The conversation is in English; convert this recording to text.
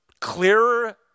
clearer